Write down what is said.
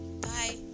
Bye